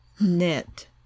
knit